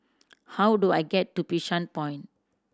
how do I get to Bishan Point